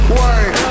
work